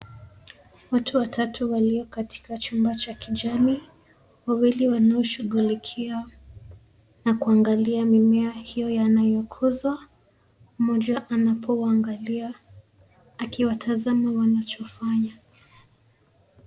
Watu watatu walio katika chumba cha kijani. Wawili wanaoshughulikia na kuangalia mimea hiyo yanayokuzwa. Mmoja anapowangalia akiwatazama wanachofanya.